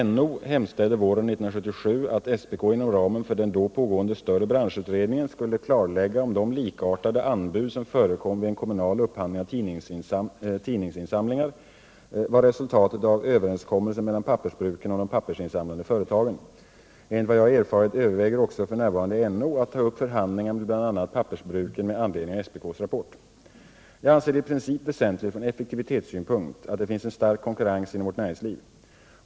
NO hemställde våren 1977 att SPK inom ramen för den då pågående större branschutredningen skulle klarlägga om de likartade anbud som förekom vid en kommunal upphandling av tidningsinsamlingar var resultatet av överenskommelser mellan pappersbruken och de pappersinsamlande företagen. Enligt vad jag har erfarit överväger också f.n. NO att ta upp förhandlingar med bl.a. pappersbruken med anledning av SPK:s rapport. Jag anser det i princip väsentligt från effektivitetssynpunkt att det finns en stark konkurrens inom vårt näringsliv.